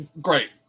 great